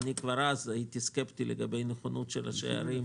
כבר אז הייתי סקפטי לגבי נכונות של ראשי ערים.